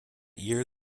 year